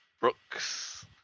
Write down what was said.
Brooks